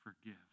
forgive